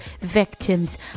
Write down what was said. victims